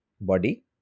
body